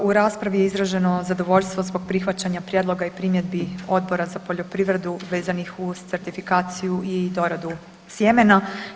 U raspravi je izraženo zadovoljstvo zbog prihvaćanja prijedloga i primjedbi Odbor za poljoprivredu vezanih uz certifikaciju i doradu sjemena.